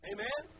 Amen